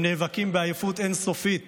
הם נאבקים בעייפות אין-סופית